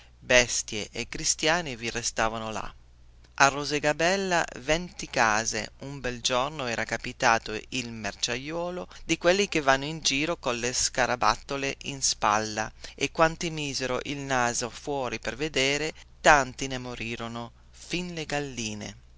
bestie e cristiani vi restavano là a rosegabella venti case un bel giorno era capitato il merciaiuolo di quelli che vanno in giro colle scarabattole in spalla e quanti misero il naso fuori per vedere tanti ne morirono fin le galline